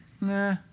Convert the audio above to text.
nah